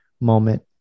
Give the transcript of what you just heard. moment